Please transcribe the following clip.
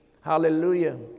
hallelujah